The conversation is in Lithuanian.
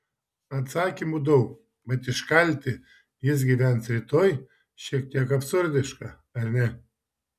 atsakymų daug bet iškalti jis gyvens rytoj šiek tiek absurdiška ar ne